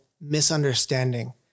misunderstanding